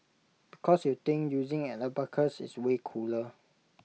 because you think using an abacus is way cooler